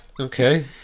Okay